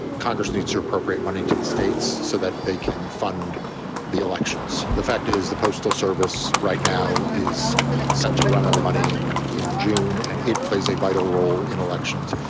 congress needs to appropriate money to the states so that they can fund the elections. the fact is the postal service right now is set to run out of money and in june and it plays a vital role in elections.